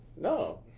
No